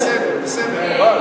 נושא חירום,